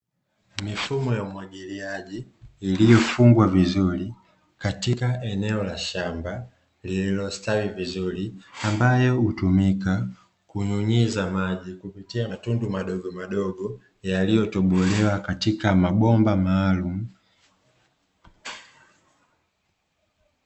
Mifumo ya umwagiliaji iliyofungwa vizuri, katika eneo la shamba lililostawi vizuri, ambayo hutumika kunyunyiza maji kupitia matundu madogomadogo, yaliyotobolewa katika mabomba maalumu.